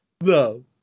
No